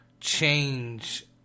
change